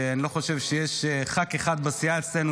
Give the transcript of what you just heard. אני לא חושב שיש חבר כנסת אחד בסיעה אצלנו,